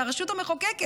זאת הרשות המחוקקת,